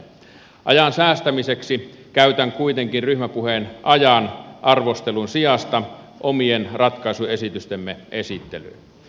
ajan säästämiseksi käytän kuitenkin ryhmäpuheen ajan arvostelun sijasta omien ratkaisuesitystemme esittelyyn